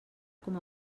com